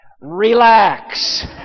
Relax